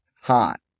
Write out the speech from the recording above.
hot